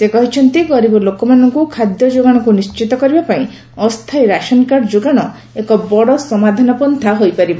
ସେ କହିଛନ୍ତି ଗରିବ ଲୋକମାନଙ୍କୁ ଖାଦ୍ୟ ଯୋଗାଣକୁ ନିଶ୍ଚିତ କରିବା ପାଇଁ ଅସ୍ଥାୟୀ ରେସନକାର୍ଡ ଯୋଗାଣ ଏକ ବଡ଼ ସମାଧାନ ପନ୍ଥା ହୋଇପାରିବ